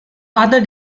other